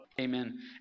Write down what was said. Amen